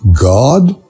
God